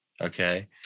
okay